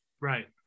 right